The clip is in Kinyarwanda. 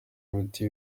imiti